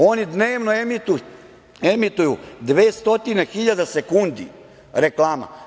Oni dnevno emituju 200 hiljada sekundi reklama.